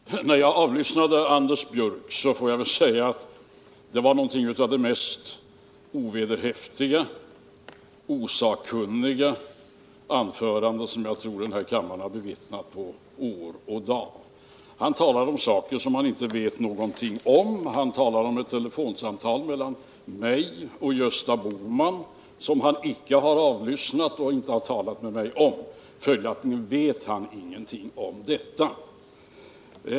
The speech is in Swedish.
Herr talman! Efter att ha lyssnat till Anders Björck får jag lov att säga att det nog var något av det mest ovederhäftiga och osakkunniga anförande som denna kammare hört på år och dag. Han talar om saker som han inte vet någonting om. Han talar om ett telefonsamtal mellan mig och Gösta Bohman som han icke har avlyssnat och icke har talat med mig om. Följaktligen vet han ingenting om det.